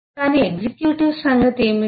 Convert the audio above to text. కానీ ఎగ్జిక్యూటివ్ సంగతి ఏమిటి